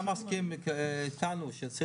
אתה מסכים איתנו שצריך לבטל.